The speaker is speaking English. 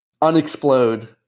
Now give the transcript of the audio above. unexplode